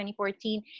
2014